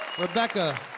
Rebecca